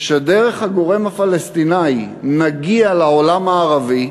שדרך הגורם הפלסטיני נגיע לעולם הערבי,